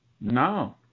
No